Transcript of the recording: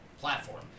platform